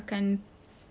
!wow!